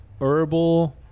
herbal